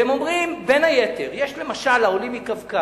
והם אומרים, בין היתר: יש, למשל, העולים מקווקז,